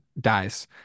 dies